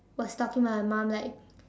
was talking to my mom like